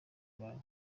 bawe